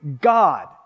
God